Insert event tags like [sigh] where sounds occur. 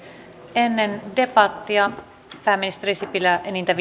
ennen debattia pääministeri sipilä enintään [unintelligible]